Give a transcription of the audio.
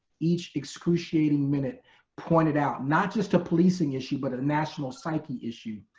each excruciating minute pointed out, not just a policing issue but a national psyche issue,